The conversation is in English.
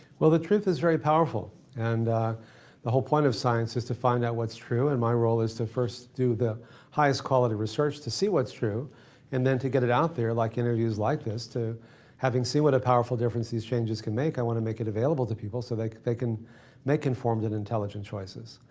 well the truth is very powerful and the whole point of science is to find out what's true and my role is to first do the highest quality research to see what's true and then to get it out there like interviews like this to having seen what a powerful difference these changes can make. i to make it available to people so like they can make informed and intelligent choices.